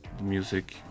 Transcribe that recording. music